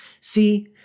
See